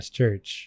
Church